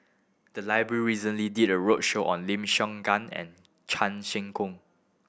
the library recently did a roadshow on Lim Siong Guan and Chan Sek Keong